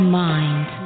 mind